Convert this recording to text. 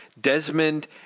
Desmond